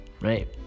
Right